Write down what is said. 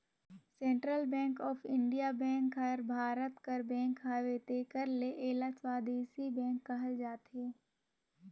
central bank of India bank हर भारत कर bank हवे तेकर ले एला स्वदेसी बेंक कहल जाथे